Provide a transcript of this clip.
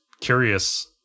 curious